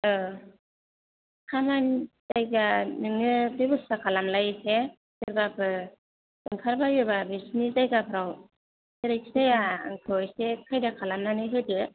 ओ खामानि जायगा नोङो बेबसथा खालामलाय एसे सोरबाफोर ओंखारबायोब्ला बिसिनि जायगाफ्राव जेरैखिजाया आंखौ खायदा खालाम नानै होदो